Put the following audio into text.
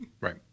Right